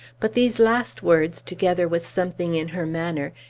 but these last words, together with something in her manner,